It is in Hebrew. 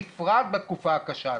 במיוחד בתקופה הקשה הזאת.